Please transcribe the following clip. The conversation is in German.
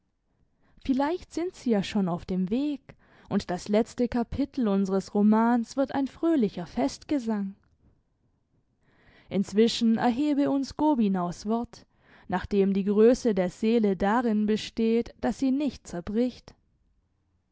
vielleicht sind sie ja schon auf dem weg und das letzte kapitel unseres romans wird ein fröhlicher festgesang inzwischen erhebe uns gobinaus wort nach dem die grösse der seele darin besteht dass sie nicht zerbricht